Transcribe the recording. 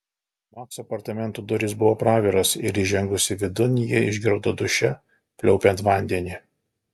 makso apartamentų durys buvo praviros ir įžengusi vidun ji išgirdo duše pliaupiant vandenį